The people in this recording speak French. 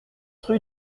rue